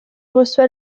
reçoit